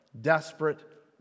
desperate